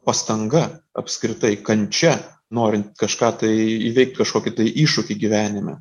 pastanga apskritai kančia norint kažką tai įveikt kažkokį tai iššūkį gyvenime